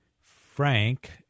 Frank